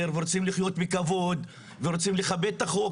ורוצים לחיות בכבוד ורוצים לכבד את החוק,